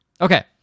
Okay